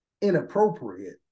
inappropriate